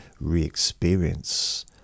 re-experience